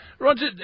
Roger